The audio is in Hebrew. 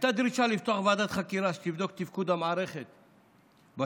הייתה דרישה לפתוח ועדת חקירה שתבדוק את תפקוד המערכת בשב"ס,